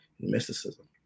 mysticism